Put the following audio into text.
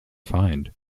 fined